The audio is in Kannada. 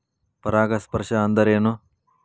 ಪರಾಗಸ್ಪರ್ಶ ಅಂದರೇನು?